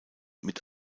mit